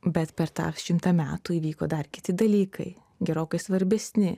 bet per tą šimtą metų įvyko dar kiti dalykai gerokai svarbesni